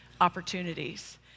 Opportunities